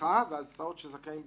ברווחה והסעות שזכאים בחינוך.